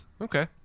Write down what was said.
okay